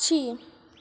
पक्षी